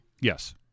yes